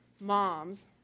moms